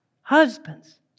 Husbands